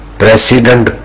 president